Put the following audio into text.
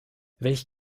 welch